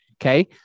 Okay